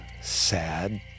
sad